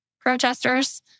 protesters